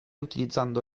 utilizzando